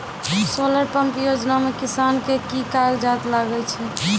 Solar pump योजना म किसान के की कागजात लागै छै?